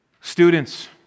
Students